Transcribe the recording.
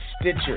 Stitcher